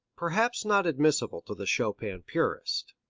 perhaps not admissible to the chopin purist.